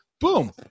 boom